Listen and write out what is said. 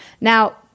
Now